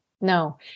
no